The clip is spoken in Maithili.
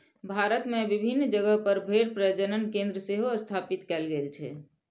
भारत मे विभिन्न जगह पर भेड़ प्रजनन केंद्र सेहो स्थापित कैल गेल छै